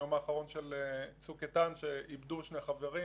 היום האחרון של צוק איתן שאיבדו שני חברים,